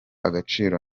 agaciro